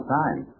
time